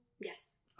Yes